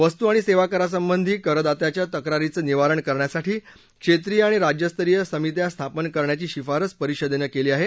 वस्तू आणि सेवा करासंबंधी करदात्यांच्या तक्रारींचं निवारण करण्यासाठी क्षेत्रीय आणि राज्यस्तरीय समित्या स्थापन करण्याची शिफारस परिषदेनं केली आहे